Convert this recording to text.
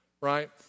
right